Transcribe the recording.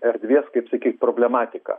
erdvės kaip sakyt problematika